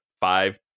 five